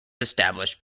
established